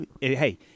Hey